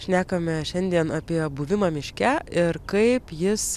šnekame šiandien apie buvimą miške ir kaip jis